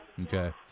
Okay